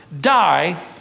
die